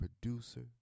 producer